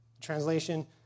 Translation